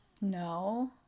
No